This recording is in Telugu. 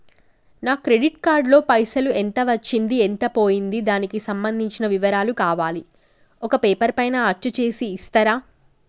నా క్రెడిట్ కార్డు లో పైసలు ఎంత వచ్చింది ఎంత పోయింది దానికి సంబంధించిన వివరాలు కావాలి ఒక పేపర్ పైన అచ్చు చేసి ఇస్తరా?